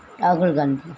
ராகுல் காந்தி